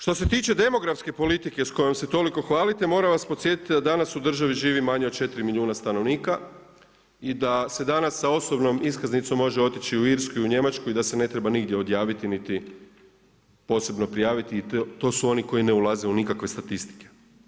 Što se tiče demografske politike s kojom se toliko hvalite moram vas podsjetiti da danas u državi živi manje od 4 milijuna stanovnika i da se danas sa osobnom iskaznicom može otići u Irsku i u Njemačku i da se ne treba nigdje odjaviti niti posebno prijaviti i to su oni koji ne ulaze u nikakve statistike.